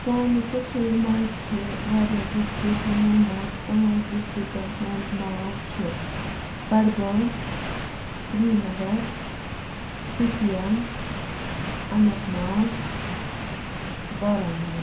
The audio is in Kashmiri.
سانہِ کٔشیٖز منٛز چھِ واریاہ ڈِسٹرک یِمو منٛز پانٛژھ ڈِسٹرکن ہُند ناو چھُ بڈگام سری نَگر شُپین اَننت ناگ بارہمولہ